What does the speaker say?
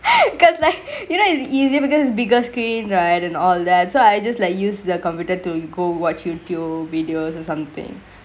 I good leh you know the easy because bigger screen ride and all that so I just like use the computer to you go watch youtube videos or somethingk